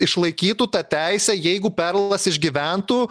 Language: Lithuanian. išlaikytų tą teisę jeigu perlas išgyventų